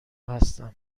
هستم